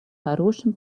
хорошим